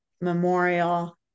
memorial